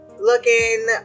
looking